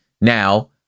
now